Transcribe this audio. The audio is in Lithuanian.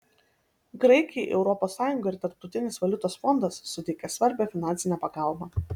graikijai europos sąjunga ir tarptautinis valiutos fondas suteikė svarbią finansinę pagalbą